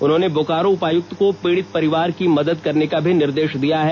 उन्होंने बोकारो उपायुक्त को पीड़ित परिवार की मदद करने का भी निर्देश दिया है